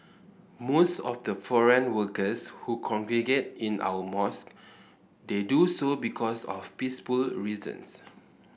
most of the foreign workers who congregate in our mosques they do so because of peaceful reasons